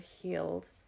healed